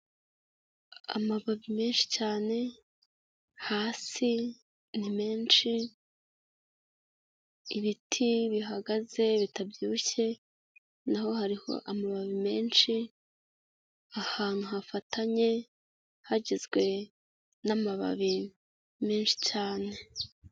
Amababi menshi cyane hasi ni menshi, ibiti bihagaze bitabyibushye naho hariho amababi menshi, ahantu hafatanye, hagizwe n'amababi menshi cyane.